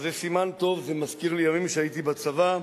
זה סימן טוב, זה מזכיר לי ימים שהייתי בצבא,